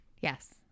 Yes